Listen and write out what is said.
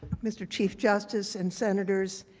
mr. chief justice, and senators,